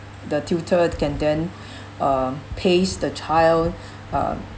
the tutor can then um pace the child